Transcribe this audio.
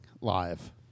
live